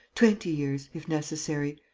twenty years, if necessary.